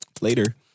Later